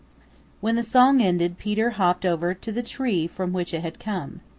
when the song ended peter hopped over to the tree from which it had come.